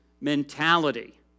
mentality